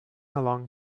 along